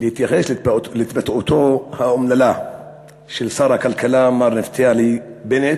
להתייחס להתבטאותו האומללה של שר הכלכלה מר נפתלי בנט.